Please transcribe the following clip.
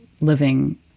living